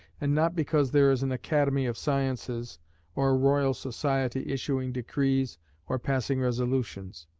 and not because there is an academy of sciences or a royal society issuing decrees or passing resolutions.